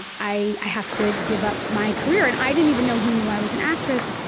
i i have to give up my career. and i didn't even know he knew i was an actress.